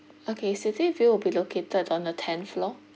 okay city view will be located on the tenth floor